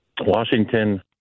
Washington